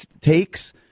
takes